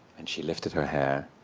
and she lifted her hair,